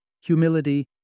humility